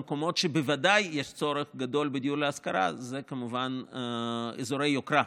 המקומות שבוודאי יש צורך גדול בדיור להשכרה הם כמובן אזורי יוקרה,